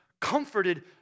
comforted